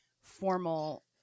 formal